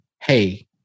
Hey